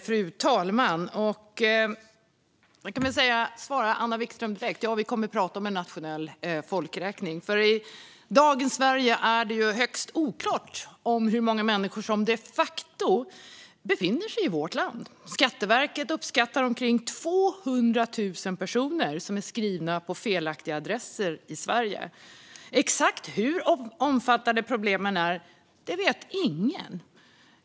Fru talman! Jag kan svara Anna Vikström direkt. Vi kommer att prata om en nationell folkräkning. I dagens Sverige är det högst oklart hur många människor som de facto befinner sig i vårt land. Skatteverket uppskattar att omkring 200 000 personer är skrivna på felaktiga adresser i Sverige. Exakt hur omfattande problemen är vet ingen.